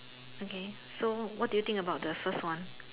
okay so what do you think about the first one